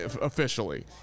officially